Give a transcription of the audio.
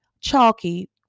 chalky